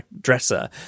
dresser